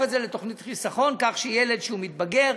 את זה לתוכנית חיסכון כך שילד שמתבגר